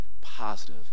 positive